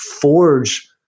forge